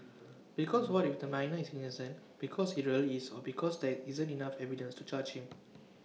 because what if the minor is innocent because he really is or because there isn't enough evidence to charge him